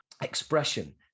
expression